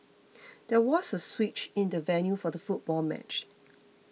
there was a switch in the venue for the football match